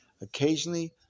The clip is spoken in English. Occasionally